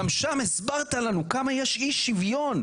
גם שם הסברת לנו כמה יש אי שוויון.